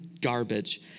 garbage